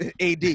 ad